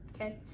Okay